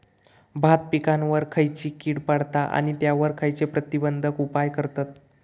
भात पिकांवर खैयची कीड पडता आणि त्यावर खैयचे प्रतिबंधक उपाय करतत?